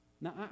Now